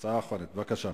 בבקשה.